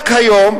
רק היום,